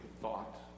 thought